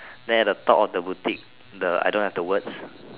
there the top of the boutique the I don't have the words